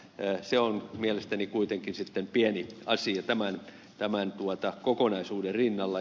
se on mielestäni kuitenkin sitten pieni asia tämän kokonaisuuden rinnalla